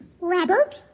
Robert